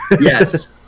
Yes